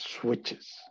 switches